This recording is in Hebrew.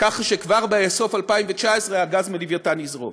כך שכבר בסוף 2019 הגז מ"לווייתן" יזרום.